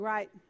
Right